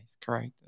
Correct